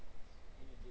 um